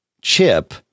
chip